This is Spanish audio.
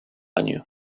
año